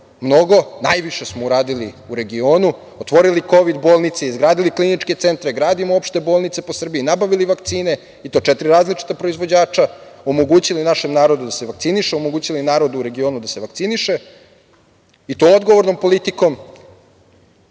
mnogo, najviše smo uradili u regionu. Otvorili smo kovid bolnice, izgradili kliničke centre, gradimo opšte bolnice po Srbiji, nabavili vakcine, i to četiri različita proizvođača, omogućili našem narodu da se vakciniše, omogućili narodu u regionu da se vakciniše. To smo omogućili odgovornom politikom,